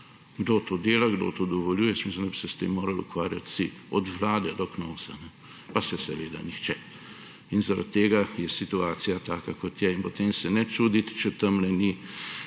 Kdo to dela, ko to dovoljuje? Jaz mislim, da bi se s tem morali ukvarjati vsi od Vlade do Knovsa, pa se seveda nihče. Zaradi tega je situacija taka, kot je. In potem se ne čuditi, če tamle ni